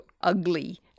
ugly